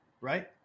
right